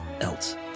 else